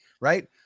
right